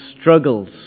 struggles